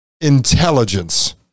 intelligence